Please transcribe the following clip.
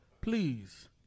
please